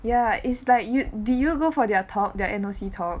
ya is like you did you go for their talk their N_O_C talk